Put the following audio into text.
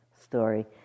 story